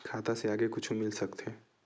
खाता से आगे कुछु मिल सकथे?